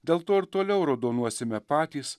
dėl to ir toliau raudonuosime patys